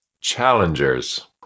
Challengers